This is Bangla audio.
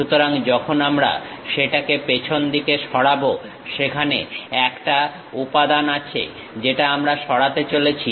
সুতরাং যখন আমরা সেটাকে পেছনদিকে সরাবো সেখানে একটা উপাদান আছে যেটা আমরা সরাতে চলেছি